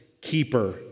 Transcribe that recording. keeper